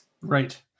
right